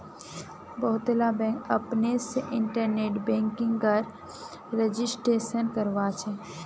बहुतला बैंक अपने से इन्टरनेट बैंकिंगेर रजिस्ट्रेशन करवाछे